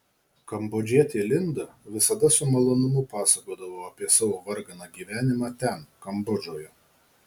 kambodžietė linda visada su malonumu pasakodavo apie savo varganą gyvenimą ten kambodžoje